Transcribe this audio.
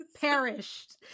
perished